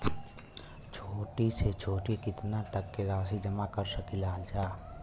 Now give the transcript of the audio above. छोटी से छोटी कितना तक के राशि जमा कर सकीलाजा?